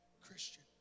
Christian